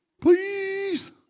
Please